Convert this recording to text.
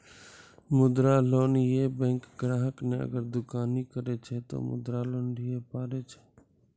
मुद्रा लोन ये बैंक ग्राहक ने अगर दुकानी करे छै ते मुद्रा लोन लिए पारे छेयै?